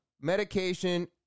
medication